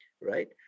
right